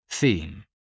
theme